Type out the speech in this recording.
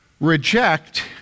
Reject